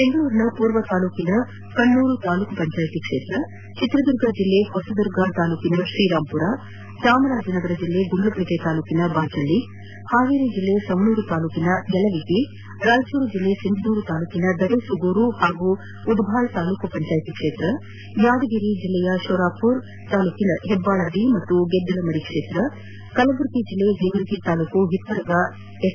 ಬೆಂಗಳೂರಿನ ಪೂರ್ವ ತಾಲೂಕಿನ ಕಣ್ಣೂರು ತಾಲೂಕು ಪಂಚಾಯತ್ ಕ್ಷೇತ್ರ ಚಿತ್ರದುರ್ಗ ಜಿಲ್ಲೆ ಹೊಸದುರ್ಗ ತಾಲೂಕಿನ ಶ್ರೀರಾಮ್ಪುರ ಚಾಮರಾಜನಗರ ಜಿಲ್ಲೆ ಗುಂಡ್ಲುಪೇಟೆ ತಾಲೂಕಿನ ಬಾಚಹಳ್ಳಿ ಹಾವೇರಿ ಜಿಲ್ಲೆಯ ಸವಣೂರ ತಾಲೂಕಿನ ಯಲವಿಗಿ ರಾಯಚೂರು ಜಿಲ್ಲೆಯ ಸಿಂಧನೂರು ತಾಲೂಕಿನ ದಡೇಸೂಗೂರು ಹಾಗೂ ಉದ್ವಾಳ ತಾಲೂಕು ಪಂಚಾಯತ್ ಕ್ಷೇತ್ರ ಯಾದಗಿರಿ ಜಿಲ್ಲೆಯ ಶೋರಾಪುರ ತಾಲೂಕಿನ ಹೆಬ್ಬಾಳ ಬಿ ಮತ್ತು ಗೆದ್ದಲಮರಿ ಕ್ಷೇತ್ರ ಕಲಬುರಗಿ ಜಿಲ್ಲೆಯ ಜೇವರ್ಗಿ ತಾಲೂಕಿನ ಹಿಪ್ಪರಗ ಎಸ್